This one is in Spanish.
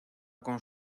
con